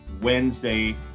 Wednesday